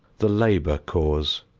the labor cause,